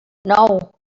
nou